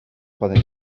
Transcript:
poden